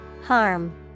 Harm